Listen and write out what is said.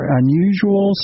unusual